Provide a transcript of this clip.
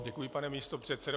Děkuji, pane místopředsedo.